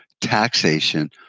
taxation